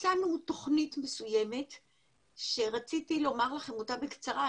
הצגנו תוכנית מסוימת שרציתי לומר לכם אותה בקצרה,